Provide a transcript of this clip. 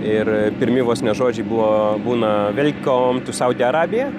ir pirmi vos ne žodžiai buvo būna velkom tu saudi arabija